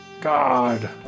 God